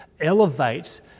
elevate